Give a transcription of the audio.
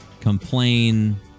complain